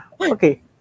Okay